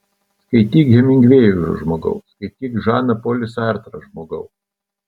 skaityk hemingvėjų žmogau skaityk žaną polį sartrą žmogau